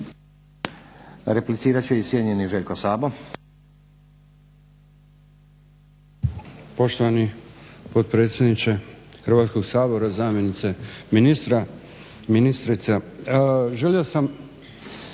Replicirat će i cijenjeni Željko Sabo.